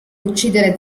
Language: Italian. uccidere